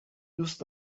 دوست